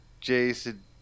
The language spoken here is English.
Jason